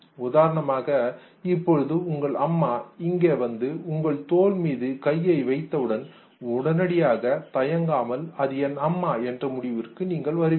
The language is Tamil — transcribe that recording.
உதாரணமாக இப்பொழுது உங்கள் அம்மா இங்கே வந்து உங்கள் தோள் மீது கையை வைத்தவுடன் உடனடியாக தயங்காமல் அது என் அம்மா என்ற முடிவுக்கு வருவீர்கள்